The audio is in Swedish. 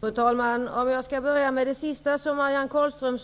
Fru talman! Jag börjar med det sista Marianne Carlström